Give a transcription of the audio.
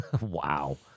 Wow